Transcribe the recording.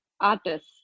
artist